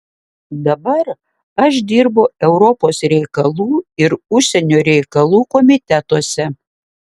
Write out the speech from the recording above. dabar aš dirbu europos reikalų ir užsienio reikalų komitetuose